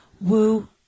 woo